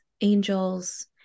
angels